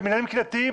במינהלים קהילתיים,